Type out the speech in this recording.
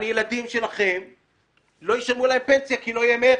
לילדים שלכם לא ישלמו פנסיה, כי לא יהיה מאיפה.